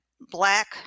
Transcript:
black